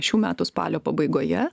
šių metų spalio pabaigoje